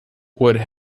would